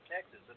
Texas